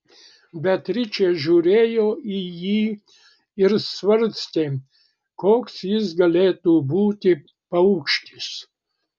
beatričė žiūrėjo į jį ir svarstė koks jis galėtų būti paukštis